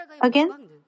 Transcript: again